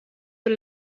per